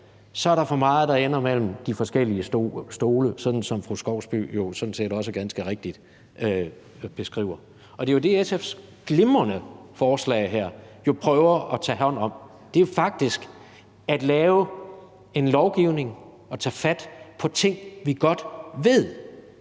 er der for meget, der ender mellem de forskellige stole, sådan som fru Julie Skovsby sådan set også ganske rigtigt beskriver det. Og det er jo det, SF's glimrende forslag her prøver at tage hånd om – det er faktisk at lave en lovgivning og tage fat på ting, vi godt ved